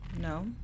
No